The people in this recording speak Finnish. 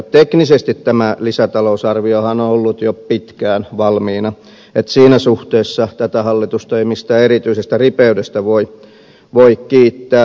teknisesti tämä lisätalousarviohan on ollut jo pitkään valmiina että siinä suhteessa tätä hallitusta ei mistään erityisestä ripeydestä voi kiittää